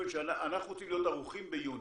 אנחנו רוצים להיות ערוכים ביוני,